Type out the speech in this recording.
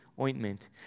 ointment